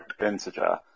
integer